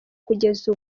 kugeza